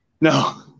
No